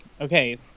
Okay